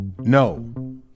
No